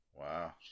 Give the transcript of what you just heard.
Wow